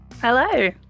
Hello